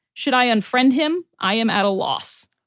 should i unfriend him? i am at a loss